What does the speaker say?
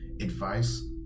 advice